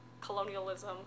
colonialism